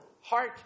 heart